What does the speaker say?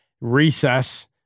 recess